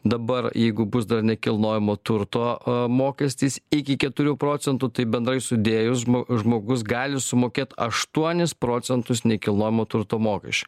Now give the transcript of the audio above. dabar jeigu bus dar nekilnojamo turto mokestis iki keturių procentų tai bendrai sudėjus žmo žmogus gali sumokėt aštuonis procentus nekilnojamo turto mokesčio